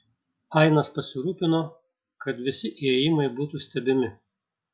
ainas pasirūpino kad visi įėjimai būtų stebimi